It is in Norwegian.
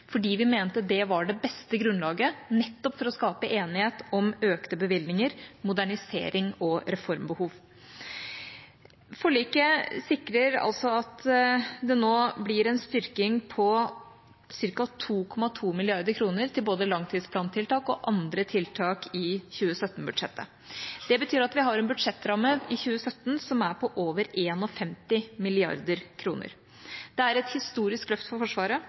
fordi vi mente det var det beste grunnlaget nettopp for å skape enighet om økte bevilgninger, modernisering og reformbehov. Forliket sikrer altså at det nå blir en styrking på ca. 2,2 mrd. kr til både langtidsplantiltak og andre tiltak i 2017-budsjettet. Det betyr at vi har en budsjettramme i 2017 som er på over 51 mrd. kr. Det er et historisk løft for Forsvaret,